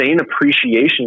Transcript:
appreciation